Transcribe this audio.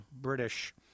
British